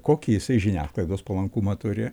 kokį jisai žiniasklaidos palankumą turi